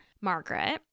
Margaret